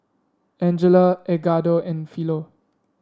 Angela Edgardo and Philo